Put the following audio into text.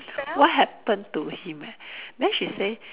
what happened to him then she say